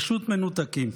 פשוט מנותקים.